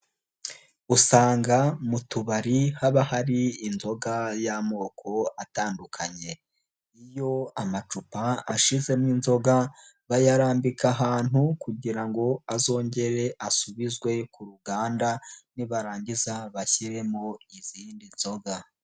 Usanga mu tubari haba hari inzoga y'amoko atandukanye. Iyo amacupa ashizemo inzoga bayarambika ahantu kugira ngo azongere asubizwe ku ruganda nibarangiza bashyiremo izindi nzoga.